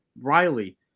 Riley